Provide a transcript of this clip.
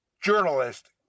journalist